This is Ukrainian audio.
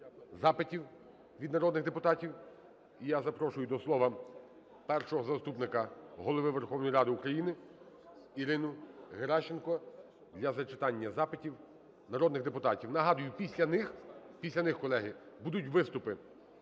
запитів від народних депутатів. І я запрошую до слова Першого заступника Голови Верховної Ради України Ірину Геращенко для зачитання запитів народних депутатів. Нагадую, після них, після них, колеги, будуть виступи.